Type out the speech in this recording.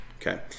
Okay